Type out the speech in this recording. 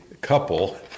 couple